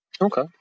Okay